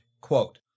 quote